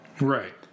Right